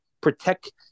protect